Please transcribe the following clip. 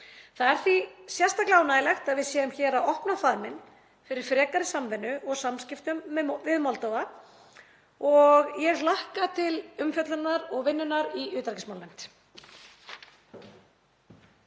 Það er því sérstaklega ánægjulegt að við séum hér að opna faðminn fyrir frekari samvinnu og samskiptum við Moldóvu og ég hlakka til umfjöllunarinnar og vinnunnar í utanríkismálanefnd.